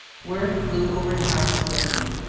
word flew over town swiftly.